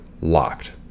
LOCKED